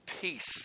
Peace